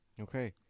Okay